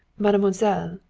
mademoiselle,